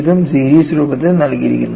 ഇതും സീരീസ് രൂപത്തിൽ നൽകിയിരിക്കുന്നു